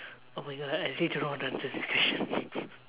oh my god I actually don't know how to answer this question